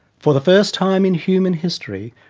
for the first time in human history,